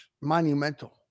monumental